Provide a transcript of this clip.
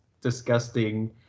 disgusting